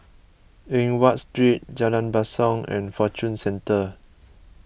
Eng Watt Street Jalan Basong and Fortune Centre